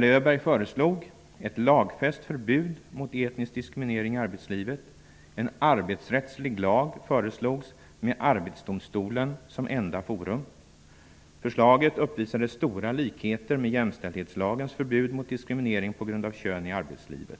Öberg föreslog ett lagfäst förbud mot etnisk diskriminering i arbetslivet. En arbetsrättslig lag föreslogs med Arbetsdomstolen som enda forum. Förslaget uppvisade stora likheter med jämställdhetslagens förbud mot diskriminering i arbetslivet på grund av kön.